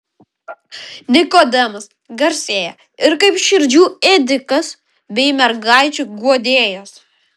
nikodemas garsėja ir kaip širdžių ėdikas bei mergaičių guodėjas